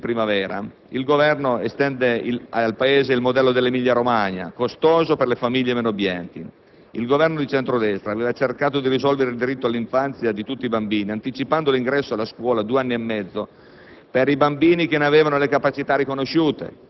Per quanto concerne l'istituzione delle cosiddette sezioni primavera, il Governo estende al Paese il modello dell'Emilia-Romagna, costoso per le famiglie meno abbienti. Il Governo di centro-destra aveva cercato di risolvere il diritto all'infanzia di tutti i bambini anticipando l'ingresso nella scuola a due anni e mezzo